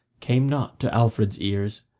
came not to alfred's ears.